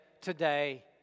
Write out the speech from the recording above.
today